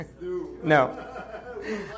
No